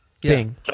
bing